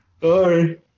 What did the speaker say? Sorry